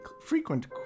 frequent